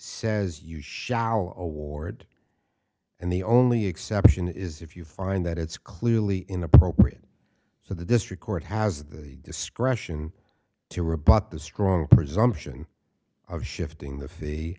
says you shower award and the only exception is if you find that it's clearly inappropriate so the district court has the discretion to rebut the strong presumption of shifting the fee